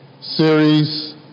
series